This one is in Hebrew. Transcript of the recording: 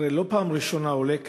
הרי זו לא פעם ראשונה שהיא עולה כאן,